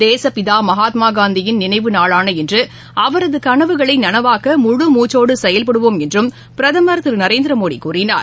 தேசப்பிதாமகாத்மாகாந்தியின் நினைவு நாளான இன்றுஅவரதுகனவுகளைநனவாக்க முழுமூச்சோடுசெயல்படுவோம் என்றும் பிரதமர் திருநரேந்திரமோடிகூறினார்